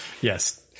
Yes